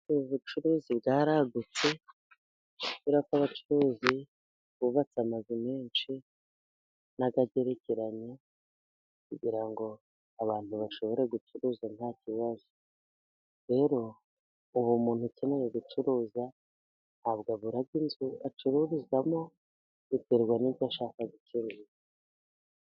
Ubu bucuruzi bwaragutse kubera ko abacuruzi bubatse amazu menshi n'ayagerekeranye, kugira ngo abantu bashobore gucuruza nta kibazo. Rero ubu umuntu akeneye gucuruza ntabwo abura inzu acururizamo, biterwa n'ibyo ashaka gucuruza.